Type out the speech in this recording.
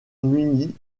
munie